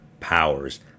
Powers